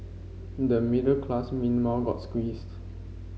the middle class meanwhile got squeezed